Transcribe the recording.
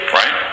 right